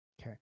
Okay